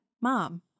mom